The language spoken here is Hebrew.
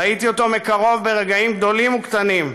ראיתי אותו מקרוב ברגעים גדולים וקטנים,